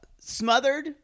Smothered